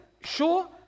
Sure